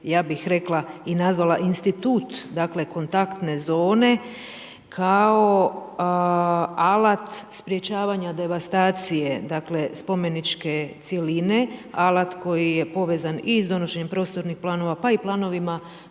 ja bih rekla i nazvala institut kontaktne zone kao alat sprječavanja devastacije spomeničke cjeline, alat koji je povezan i s donošenjem prostornih planova pa i planovima